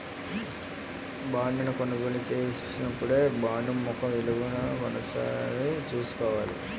బాండును కొనుగోలు చేసినపుడే బాండు ముఖ విలువను ఒకసారి చూసుకోవాల